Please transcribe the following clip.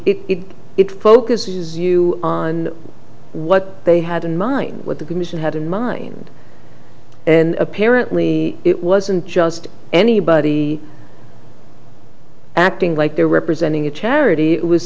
the it it focuses you on what they had in mind what the commission had in mind and apparently it wasn't just anybody acting like they're representing a charity